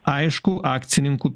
aišku akcininkų